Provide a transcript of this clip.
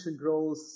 growth